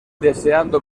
deseando